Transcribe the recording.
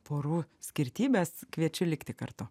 porų skirtybes kviečiu likti kartu